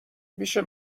میشه